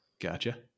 gotcha